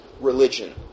religion